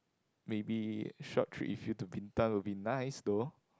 maybe short trip if you to Bintan would be nice though